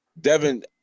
Devin